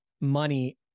money